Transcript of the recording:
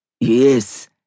Yes